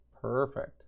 Perfect